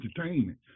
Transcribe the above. entertainment